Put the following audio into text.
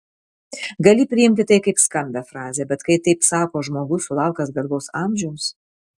gali priimti tai kaip skambią frazę bet kai taip sako žmogus sulaukęs garbaus amžiaus